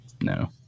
No